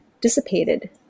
dissipated